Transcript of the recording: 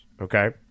okay